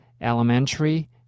elementary